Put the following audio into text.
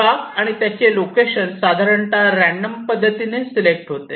block आणि त्याचे location साधारणतः रँडम पद्धतीने सिलेक्ट होते